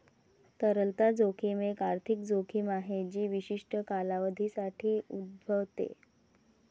तरलता जोखीम एक आर्थिक जोखीम आहे जी विशिष्ट कालावधीसाठी उद्भवते